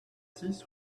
six